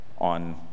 on